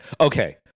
okay